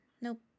Nope